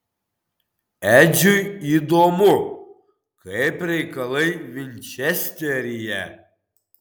edžiui įdomu kaip reikalai vinčesteryje